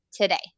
today